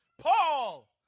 Paul